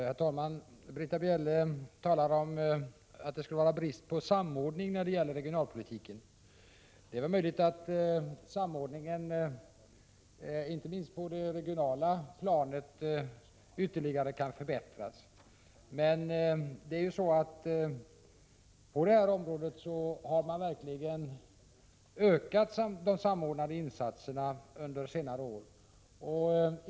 Herr talman! Britta Bjelle talar om att det skulle vara en brist på samordning när det gäller regionalpolitiken. Det är möjligt att samordningen, inte minst på det regionala planet, ytterligare kan förbättras, men på detta område har man verkligen ökat de samordnande insatserna under senare år.